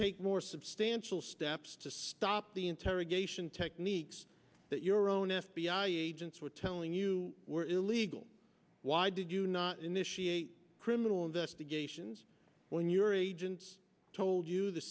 take more substantial steps to stop the interrogation techniques that your own f b i agents were telling you were illegal why did you not initiate criminal investigations when your agents told you the